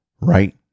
right